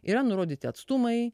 yra nurodyti atstumai